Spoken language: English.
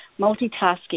multitasking